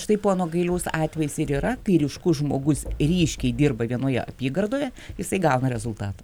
štai pono gailiaus atvejis ir yra tai ryškus žmogus ryškiai dirba vienoje apygardoje jisai gauna rezultatą